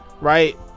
right